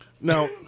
now